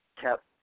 kept